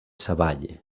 savall